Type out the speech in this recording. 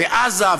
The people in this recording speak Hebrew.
ועזה,